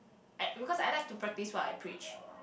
act because I like to practice what I preach